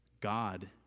God